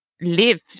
live